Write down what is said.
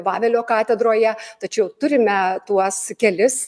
vavelio katedroje tačiau turime tuos kelis